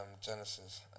genesis